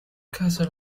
casa